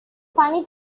funny